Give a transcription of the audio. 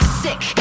sick